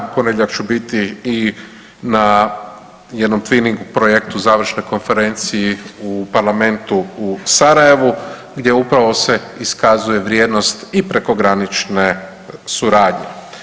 U ponedjeljak ću biti i na jednom twinning projektu završnoj konferenciji u Parlamentu u Sarajevu gdje upravo se iskazuje vrijednost i prekogranične suradnje.